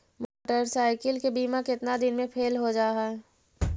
Motorcycle के बिमा केतना दिन मे फेल हो जा है?